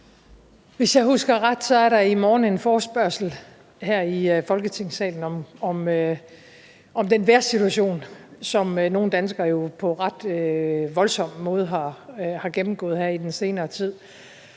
Hvis jeg husker ret, er der i morgen en forespørgsel her i Folketingssalen om den vejrsituation, som nogle danskere jo på en ret voldsom måde har gennemgået her i den senere tid.